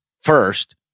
First